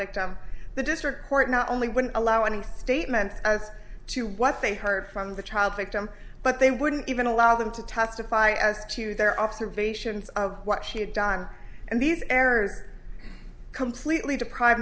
victim the district court not only wouldn't allow any statement as to what they heard from the child victim but they wouldn't even allow them to testify as to their observations of what she had done and these errors completely deprive